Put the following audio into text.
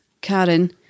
Karen